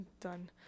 done